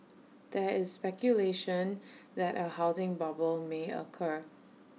there is speculation that A housing bubble may occur